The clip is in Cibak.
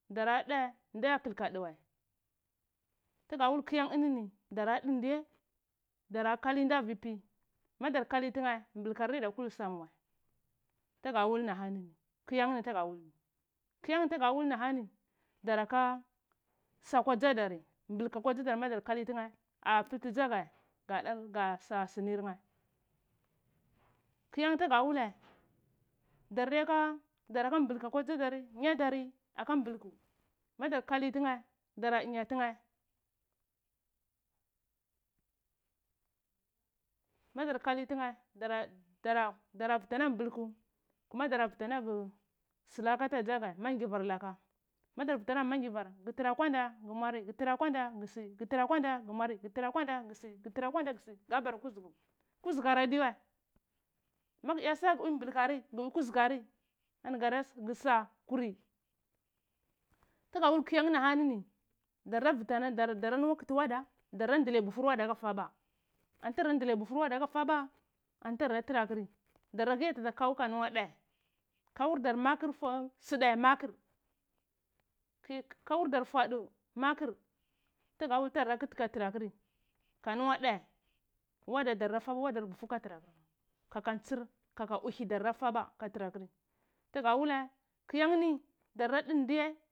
Dara dae nda kl ka dwae tgawul kyan ini ni dara dndae dara kali ndae avi pi ma dar kali tnae blkar adita kur san wae tga wul ni ahani ni kyan ni tga wulni kyanit ga wul ni ahani daraka sa akwa dza dari blk akwa madar kali tnae aa kti dzagae ga dar gas a sni ma kyan tga wulae dar diyaka daraka mblka akwa dza dar nya dari aka mblku madar kali tnae dara dinya tnae madar kali tnae dara dara dara mblku kuma dara vta nagu slake ata dza gae mangivr laka madar vta nag magiva gtra kwanda gtra kwanda gsi gtra kwanda gmwari gtra kwanda gsi gtra kwanda gmwari gtra kwanda sgi gtra kwanda gsi ga bara kuzu gu kuzugwar adiwae mag zya sa’a gbwui mblkari gbwui kuzugnari ani gada gsa tga wul kyan ahani ni dar da vtana dara nawa kti wada da dle befur wad aka fava anta dara dla bufur wada dara fava anti dara tra kri dara vi atilaukau nuwa dae kaur dar makr fwodu sdae makr ki kaur dar fwodu makr tga wul tdara kt ka tra akri ka nuwa dae wada dar da fa wada bufu ka tra kakantar kaka uhi dar da fava ka tra kri tge wulae kyanni dara unde.